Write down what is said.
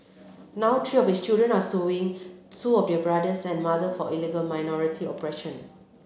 now three of his children are suing sue of their brothers and mother for minority oppression